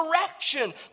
direction